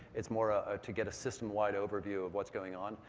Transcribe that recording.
it's more ah ah to get a system-wide overview of what's going on.